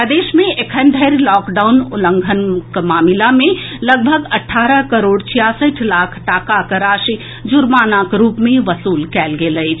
प्रदेश मे एखन धरि लॉकडाउन उल्लंघनक मामिला मे लगभग अठारह करोड़ छियासठि लाख टाकाक राशि जुर्मानाक रूप मे वसूल कएल गेल अछि